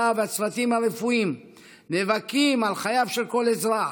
והצוותים הרפואיים מבכים על חייו של כל אזרח.